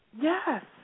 Yes